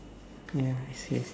ya I see I see